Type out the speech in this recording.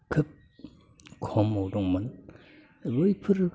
खोब खमाव दंमोन बैफोरो